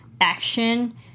action